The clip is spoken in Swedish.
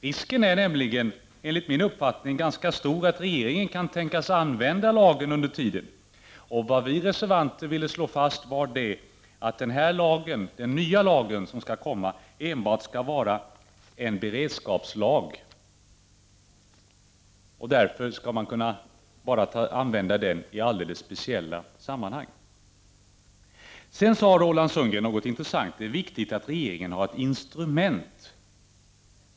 Risken är nämligen ganska stor att regeringen kan tänkas använda lagen under tiden. Vad vi reservanter ville slå fast var att den nya lagen enbart skall vara en beredskapslag, och därför skall den kunna användas bara i alldeles speciella sammanhang. Sedan sade Roland Sundgren något intressant: Det är viktigt att regeringen har ett instrument.